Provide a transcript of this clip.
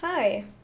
Hi